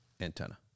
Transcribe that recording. antenna